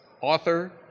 author